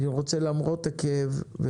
אני רוצה למרות הכאב,